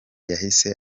yahise